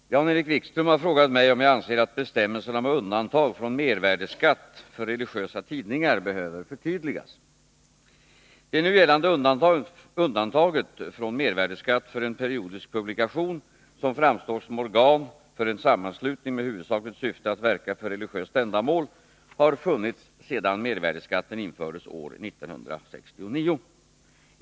Fru talman! Jan-Erik Wikström har frågat mig om jag anser att bestämmelserna om undantag från mervärdeskatt för religiösa tidningar behöver förtydligas. Det nu gällande undantaget från mervärdeskatt för en periodisk publikation som framstår som organ för en sammanslutning med huvudsakligt syfte att verka för religiöst ändamål har funnits sedan mervärdeskatten infördes år 1969.